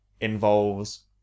involves